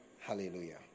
Hallelujah